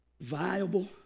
viable